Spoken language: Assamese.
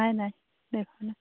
নাই নাই